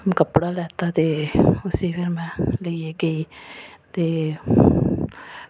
में कपड़ा लैत्ता ते उस्सी फिर में लेइयै गेई ते